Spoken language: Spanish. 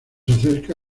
acerca